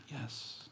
Yes